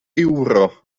ewro